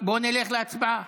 בואו נלך להצבעה.